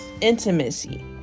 intimacy